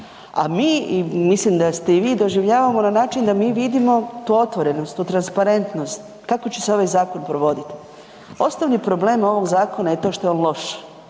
a mi, mislim da ste i vi, doživljavamo na način da mi vidimo tu otvorenost, tu transparentnost, kako će se ovaj zakon provoditi. Osnovni problem ovog zakona je to što je on loš.